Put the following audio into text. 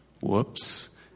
Whoops